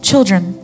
children